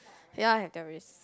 they all have their risk